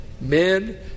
men